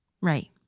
Right